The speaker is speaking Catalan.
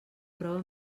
prova